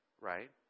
right